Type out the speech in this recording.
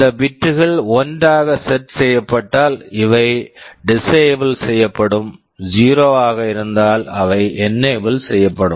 இந்த bit bit கள் 1 ஆக செட் set செய்யப்பட்டால் இவை டிஸ்ஏபிள் disable செய்யப்படும் 0 ஆக இருந்தால் அவை என்னேபிள் enable செய்யப்பட்டன